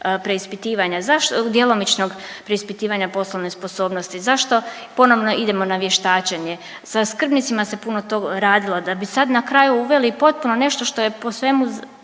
preispitivanja, zašto, djelomičnog preispitivanja poslovne sposobnosti. Zašto ponovno idemo na vještačenje? Sa skrbnicima se puno to radilo, da bi sad na kraju uveli i potpuno nešto što je po svemu